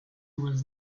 was